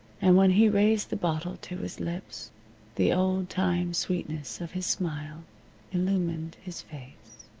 and when he raised the bottle to his lips the old-time sweetness of his smile illumined his face.